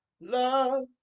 love